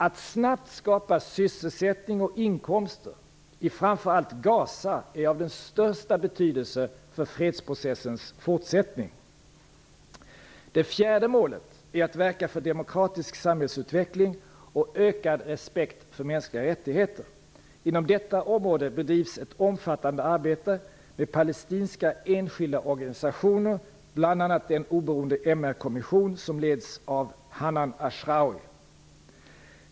Att snabbt skapa sysselsättning och inkomster i framför allt Gaza är av största betydelse för fredsprocessens fortsättning. Det fjärde målet är att verka för demokratisk samhällsutveckling och ökad respekt för mänskliga rättigheter. Inom detta område bedrivs ett omfattande arbete med palestinska enskilda organisationer, bl.a. den oberoende MR-kommission som leds av Hanan Ashrawi.